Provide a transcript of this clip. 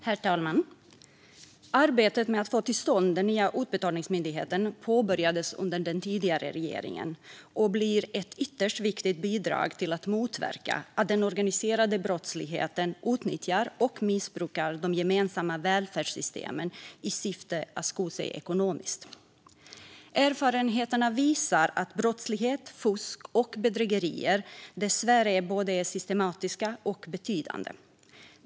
Herr talman! Arbetet med att få till stånd den nya Utbetalningsmyndigheten påbörjades under den tidigare regeringen och blir ett ytterst viktigt bidrag för att motverka att den organiserade brottsligheten utnyttjar och missbrukar de gemensamma välfärdssystemen i syfte att sko sig ekonomiskt. Erfarenheterna visar att brottslighet, fusk och bedrägerier dessvärre både är systematiska och betydande.